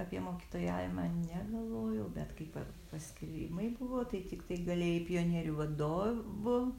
apie mokytojavimą negalvojau bet kai pa paskyrimai buvo tai tiktai galėjai pionierių vadovu